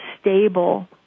stable